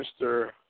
Mr